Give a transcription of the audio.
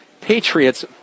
Patriots